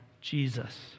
Jesus